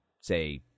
say